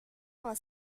vingt